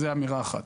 זה אמירה אחת.